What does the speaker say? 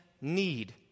need